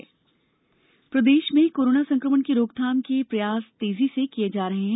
corona रोकथाम प्रदेश में कोरोना संकमण की रोकथाम के प्रयास तेजी से किये जा रहे हैं